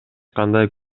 кандай